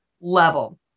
level